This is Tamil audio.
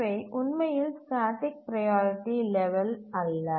இவை உண்மையில் ஸ்டேட்டிக் ப்ரையாரிட்டி லெவல் அல்ல